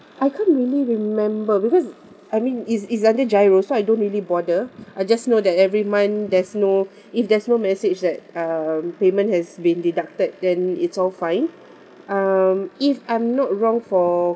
I can't really remember because I mean it's it's under GIRO so I don't really bother I just know that every month there's no if there's no message that um payment has been deducted then it's all fine um if I'm not wrong for